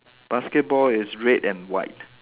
basketball is red and white